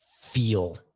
feel